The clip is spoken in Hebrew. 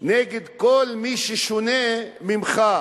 נגד כל מי ששונה ממך.